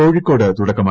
കോഴിക്കോട് തുടക്കമായി